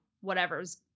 whatever's